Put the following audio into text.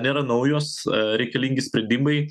nėra naujos reikalingi sprendimai